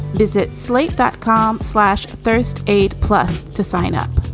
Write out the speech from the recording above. visit slate dot com, slash first aid plus to sign up